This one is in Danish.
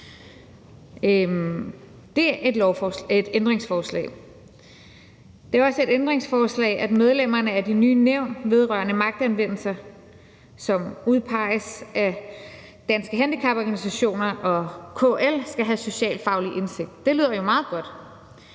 Det er et ændringsforslag. Kl. 12:06 Det er også et ændringsforslag, at medlemmerne af det nye nævn vedrørende magtanvendelser, som udpeges af Danske Handicaporganisationer og KL, skal have socialfaglig indsigt. Det lyder jo meget godt.